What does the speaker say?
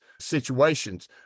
situations